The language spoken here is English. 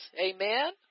Amen